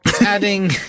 adding